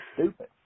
stupid